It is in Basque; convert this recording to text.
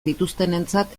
dituztenentzat